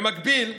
במקביל,